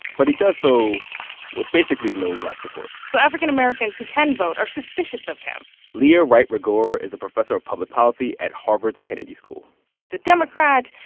but he does so with basically no black support so african americans who can vote are suspicious of him leah wright rigueur is a professor of public policy at harvard's kennedy school he's a democrat.